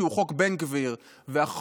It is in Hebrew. שהוא חוק בן גביר והחוק